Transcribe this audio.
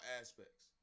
aspects